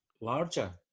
larger